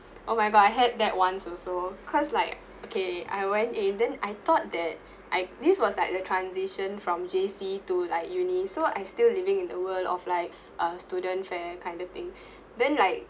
oh my god I had that once also because like okay I went in then I thought that I this was like the transition from J_C to like uni so I still living in the world of like a student fair kind of thing then like